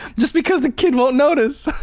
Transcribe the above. just because the kid won't notice.